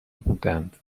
بودند